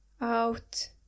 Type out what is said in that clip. out